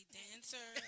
dancer